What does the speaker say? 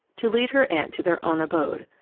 to lead her aunt to their own abode.